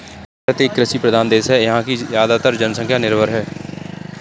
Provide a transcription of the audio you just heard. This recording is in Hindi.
भारत एक कृषि प्रधान देश है यहाँ की ज़्यादातर जनसंख्या निर्भर है